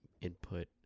input